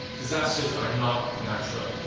disasters are not natural.